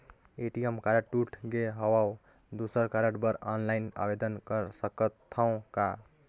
ATM card टूट गे हववं दुसर कारड बर ऑनलाइन आवेदन कर सकथव का?